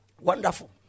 Wonderful